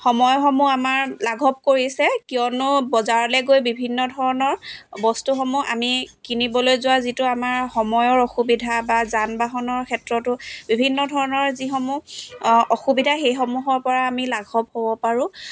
সময়সমূহ আমাৰ লাঘৱ কৰিছে কিয়নো বজাৰলৈ গৈ বিভিন্ন ধৰণৰ বস্তুসমূহ আমি কিনিবলৈ যোৱা যিটো আমাৰ সময়ৰ অসুবিধা বা যান বাহনৰ ক্ষেত্ৰতো বিভিন্ন ধৰণৰ যিসমূহ অসুবিধা সেইসমূহৰ পৰা আমি লাঘৱ হ'ব পাৰোঁ